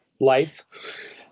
life